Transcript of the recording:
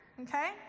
okay